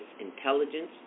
intelligence